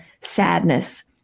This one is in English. sadness